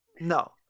no